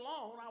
alone